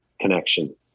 connection